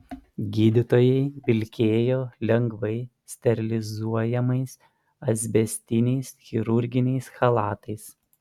gydytojai vilkėjo lengvai sterilizuojamais asbestiniais chirurginiais chalatais